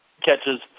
catches